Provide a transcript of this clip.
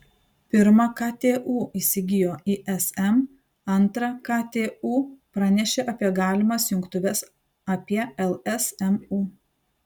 pirma ktu įsigijo ism antra ktu pranešė apie galimas jungtuves apie lsmu